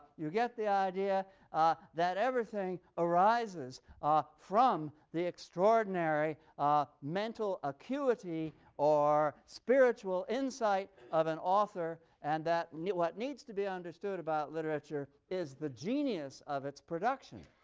you get the idea that everything arises ah from the extraordinary ah mental acuity or spiritual insight of an author and that what needs to be understood about literature is the genius of its production.